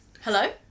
hello